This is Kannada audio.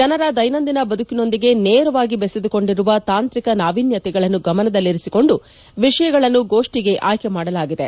ಜನರ ದೈನಂದಿನ ಬದುಕಿನೊಂದಿಗೆ ನೇರವಾಗಿ ಬೆಸೆದುಕೊಂಡಿರುವ ತಾಂತ್ರಿಕ ನಾವೀನ್ಯತೆಗಳನ್ನು ಗಮನದಲ್ಲಿರಿಸಿಕೊಂಡು ವಿಷಯಗಳನ್ನು ಗೋಷ್ಠಿಗೆ ಆಯ್ಕೆ ಮಾಡಲಾಗಿದೆ